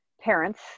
parents